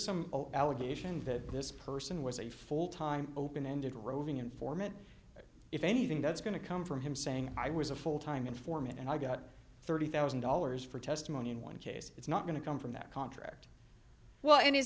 some allegation that this person was a full time open ended roving informant if anything that's going to come from him saying i was a full time informant and i got thirty thousand dollars for testimony in one case it's not going to come from that contract well in his